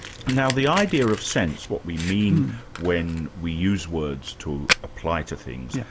now the idea of sense, what we mean when we use words to apply to things, yeah